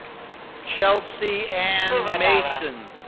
chelsea ann mason.